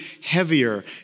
heavier